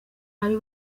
ari